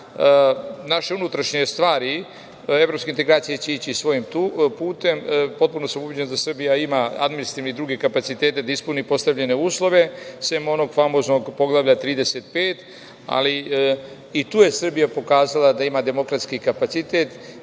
naše unutrašnje stvari. Evropske integracije će ići svojim putem. Potpuno sam ubeđen da Srbija ima administrativne i druge kapacitete da ispuni postavljene uslove, sem onog famoznog Poglavlja 35, ali i tu je Srbija pokazala da ima demokratski kapacitet,